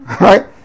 right